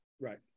Right